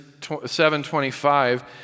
7.25